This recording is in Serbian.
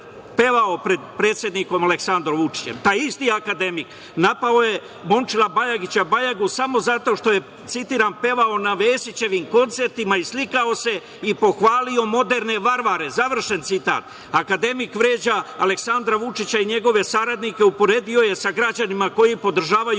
pevao pred predsednikom Aleksandrom Vučićem. Taj isti akademik napao je Momčila Bajagića Bajagu samo zato što je, citiram – pevao na Vesićevim koncertima i slikao se i pohvalio moderne varvare, završen citat. Akademik vređa Aleksandra Vučića i njegove saradnike, uporedio je sa građanima koji podržavaju